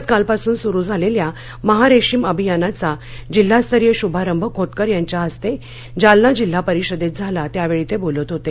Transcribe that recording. राज्यात कालपासून सुरू झालेल्या महारेशीम अभियानाचा जिल्हास्तरीय श्भारंभ खोतकर यांच्या हस्ते जालना जिल्हा परिषदेत झाला त्यावेळी ते बोलत होते